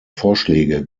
vorschläge